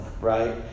right